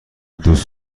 دوست